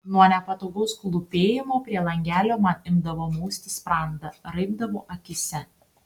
nuo nepatogaus klūpėjimo prie langelio man imdavo mausti sprandą raibdavo akyse